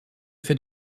fait